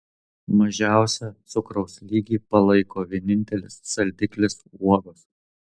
mažiausią cukraus lygį palaiko vienintelis saldiklis uogos